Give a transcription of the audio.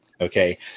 Okay